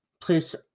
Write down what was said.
please